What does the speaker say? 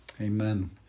Amen